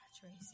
Tracy